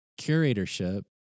curatorship